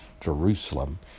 Jerusalem